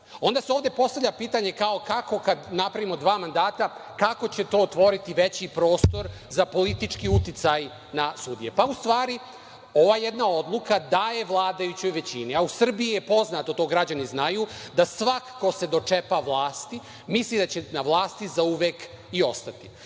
Onda se ovde postavlja pitanje, kao – kako kada napravimo dva mandata, kako će to otvoriti veći prostor za politički uticaj na sudije? Pa, u stvari, ova jedna odluka daje vladajućoj većini, a u Srbiji je poznato, to građani znaju, da svako ko se dočepa vlasti, misli da će na vlasti zauvek i ostati,